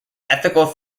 ethical